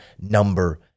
number